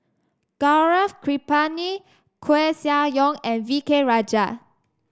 Gaurav Kripalani Koeh Sia Yong and V K Rajah